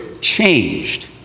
changed